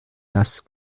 dass